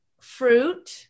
fruit